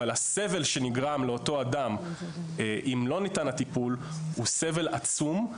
אבל הסבל שנגרם לאותו אדם אם הטיפול לא ניתן הוא סבל עצום.